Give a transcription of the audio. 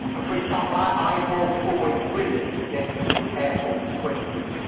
and for example, i i was always brilliant at getting through airports quickly,